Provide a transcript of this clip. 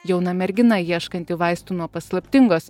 jauna mergina ieškanti vaistų nuo paslaptingos